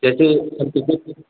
जैसे हम क्रिकेट के